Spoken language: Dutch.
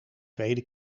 tweede